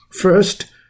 First